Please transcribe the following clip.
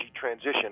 transition